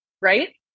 right